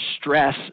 stress